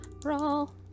brawl